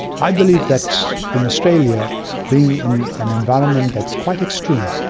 i believe that in australia being in an environment that's quite extreme,